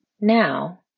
Now